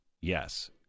Yes